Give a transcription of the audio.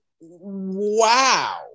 wow